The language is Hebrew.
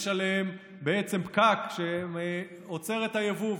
יש עליהם בעצם פקק שעוצר את היבוא,